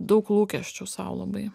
daug lūkesčių sau labai